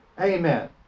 Amen